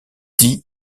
dit